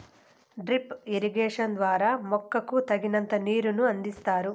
drip irrigation ద్వారా మొక్కకు తగినంత నీరును అందిస్తారు